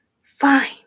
fine